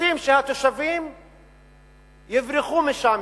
רוצים שהתושבים יברחו משם,